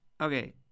Okay